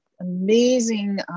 amazing